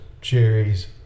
Cherries